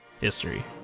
History